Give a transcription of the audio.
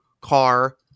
car